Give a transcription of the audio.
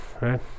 right